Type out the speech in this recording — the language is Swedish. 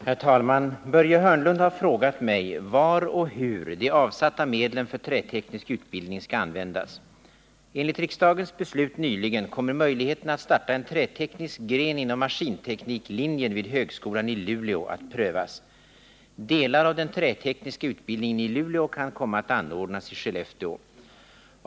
Herr talman! Börje Hörnlund har frågat mig var och hur de avsatta medlen för träteknisk utbildning skall användas. Enligt riksdagens beslut nyligen kommer möjligheten att starta en träteknisk gren inom maskintekniklinjen vid högskolan i Luleå att prövas. Delar av den trätekniska utbildningen i Luleå kan komma att anordnas i Skellefteå.